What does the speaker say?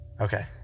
Okay